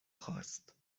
خاست